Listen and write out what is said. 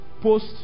Post